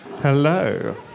Hello